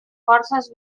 forces